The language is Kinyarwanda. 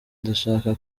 ndashaka